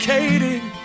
Katie